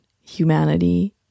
humanity